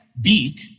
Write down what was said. big